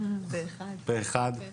הצבעה בעד, פה אחד התקנות אושרו.